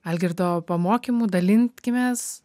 algirdo pamokymų dalinkimės